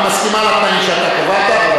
היא מסכימה לתנאים שאתה קבעת.